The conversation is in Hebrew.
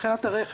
מבחינת הרכש,